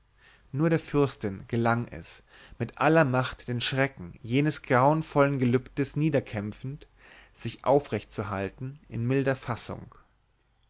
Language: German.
nur der fürstin gelang es mit aller macht den schrecken jenes grauenvollen gelübdes niederkämpfend sich aufrecht zu erhalten in milder fassung